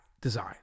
design